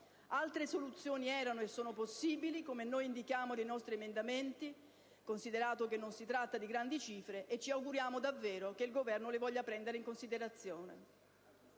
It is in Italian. Altre soluzioni erano e sono possibili, come noi indichiamo nei nostri emendamenti, considerato che non si tratta di grandi cifre. Ci auguriamo che il Governo voglia davvero prenderle in considerazione.